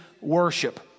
worship